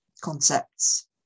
concepts